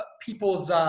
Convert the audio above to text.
people's